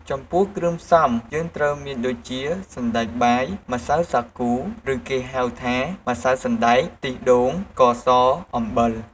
ចំពោះគ្រឿងផ្សំយើងត្រូវមានដូចជា សណ្តែកបាយ ម្សៅសាគូ ឬ គេហៅថា ម្សៅសណ្តែក ខ្ទិះដូង ស្ករស អំបិល។